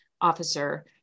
officer